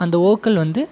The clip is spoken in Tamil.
அந்த வோக்கல் வந்து